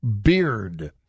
beard